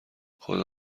خدا